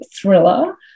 thriller